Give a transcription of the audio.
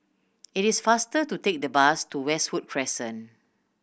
it is faster to take the bus to Westwood Crescent